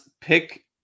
pick